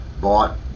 bought